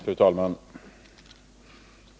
Fru talman!